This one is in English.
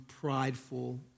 prideful